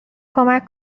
کمک